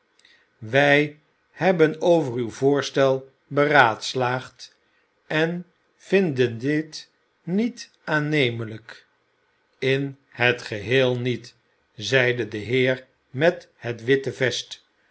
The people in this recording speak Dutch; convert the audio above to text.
wij hebben over uw voorstel beraadslaagd en vinden dit niet aannemelijk in het geheel niet zeide de heer met het witte vest